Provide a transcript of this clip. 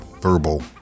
verbal